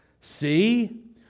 See